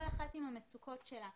כל אחת עם המצוקות שלה.